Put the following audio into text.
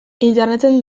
interneten